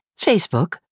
Facebook